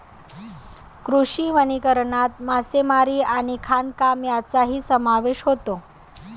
कृषी वनीकरणात मासेमारी आणि खाणकाम यांचाही समावेश होतो